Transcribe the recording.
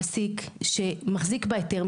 מעסיק שמחזיק בהיתר,